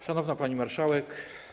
Szanowna Pani Marszałek!